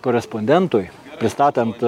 korespondentui pristatant